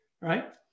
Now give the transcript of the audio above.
right